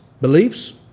beliefs